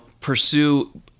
pursue